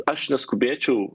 aš neskubėčiau